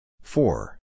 Four